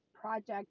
project